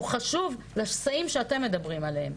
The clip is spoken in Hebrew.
שהוא חשוב לשסעים שאתם מדברים עליהם.